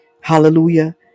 Hallelujah